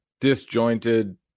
disjointed